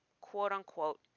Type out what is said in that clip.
quote-unquote